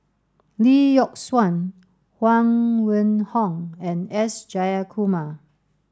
Lee Yock Suan Huang Wenhong and S Jayakumar